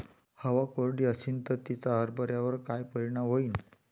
हवा कोरडी अशीन त तिचा हरभऱ्यावर काय परिणाम होईन?